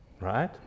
right